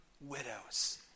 widows